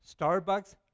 Starbucks